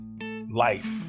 life